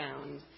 found